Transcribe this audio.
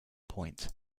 point